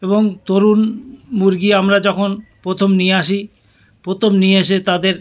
এবং ধরুন মুরগি আমরা যখন প্রথম নিয়ে আসি প্রথম নিয়ে এসে তাদের